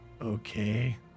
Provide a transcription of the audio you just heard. Okay